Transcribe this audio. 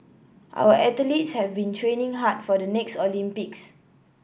our athletes have been training hard for the next Olympics